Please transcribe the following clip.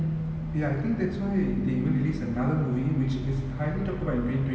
I think easily people can say that's the best movie of twenty twenty actually